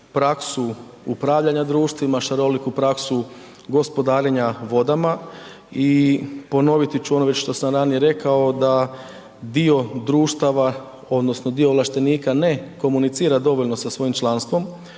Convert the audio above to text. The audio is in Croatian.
praksu upravljanja društvima, šaroliku praksu gospodarenja vodama i ponoviti ću ono što sam ranije rekao da dio društava odnosno dio ovlaštenika ne komunicira dovoljno sa svojim članstvom